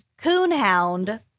coonhound